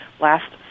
last